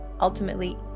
ultimately